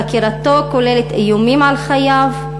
חקירתו כוללת איומים על חייו,